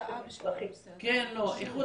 אנחנו מאוד